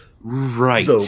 Right